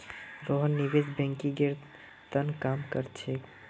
रोहन निवेश बैंकिंगेर त न काम कर छेक